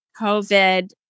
COVID